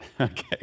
Okay